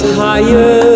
higher